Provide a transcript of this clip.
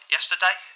Yesterday